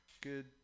good